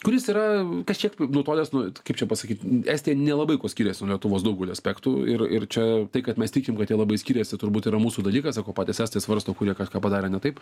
kuris yra kažkiek nutolęs nuo kaip čia pasakyt estai nelabai kuo skiriasi nuo lietuvos daugeliu aspektų ir ir čia tai kad mes tikim kad jie labai skiriasi turbūt yra mūsų dalykas sako patys estai svarsto kur jie kažką padarė ne taip